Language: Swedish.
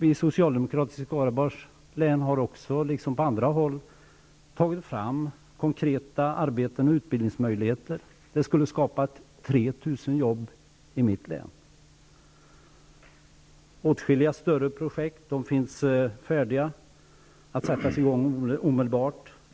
Vi socialdemokrater har i Skaraborgs län liksom på andra håll tagit fram förslag till konkreta arbeten och utbildningsmöjligheter. De skulle ha skapat 3 000 jobb i mitt län. Åtskilliga större projekt inom trafikområdet är färdiga att sättas i gång omedelbart.